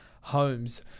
homes